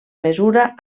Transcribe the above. mesura